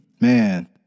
Man